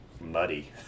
muddy